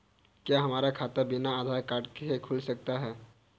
क्या हमारा खाता बिना आधार कार्ड के खुल सकता है?